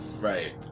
right